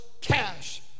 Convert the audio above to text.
cash